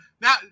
now